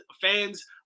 fans